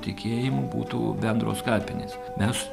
tikėjimu būtų bendros kapinės mes